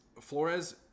Flores